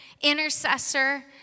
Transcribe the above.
intercessor